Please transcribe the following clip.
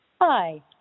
Hi